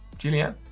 julia anne.